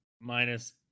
minus